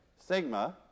sigma